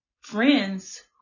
friends